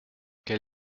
quel